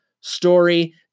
story